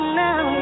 now